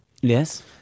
Yes